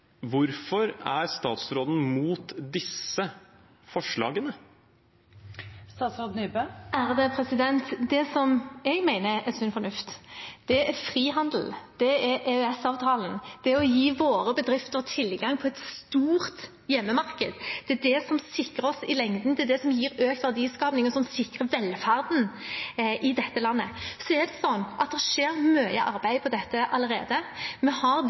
Hvorfor er statsråden mot disse forslagene? Det jeg mener er sunn fornuft, er frihandel. Det er EØS-avtalen. Det er å gi våre bedrifter tilgang på et stort hjemmemarked. Det er det som sikrer oss i lengden, det er det som gir økt verdiskaping, og som sikrer velferden i dette landet. Så er det sånn at det skjer mye arbeid på dette allerede. Vi har